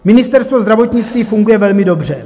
Ministerstvo zdravotnictví funguje velmi dobře.